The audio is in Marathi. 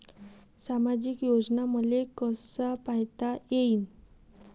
सामाजिक योजना मले कसा पायता येईन?